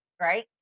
right